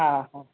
हा हा